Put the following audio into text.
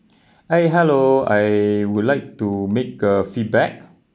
hi hello I would like to make a feedback